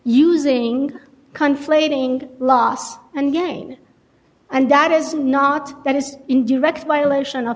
using conflating loss and gain and that is not that is in direct violation of